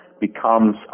becomes